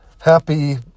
happy